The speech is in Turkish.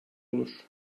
olur